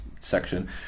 section